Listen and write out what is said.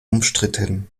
umstritten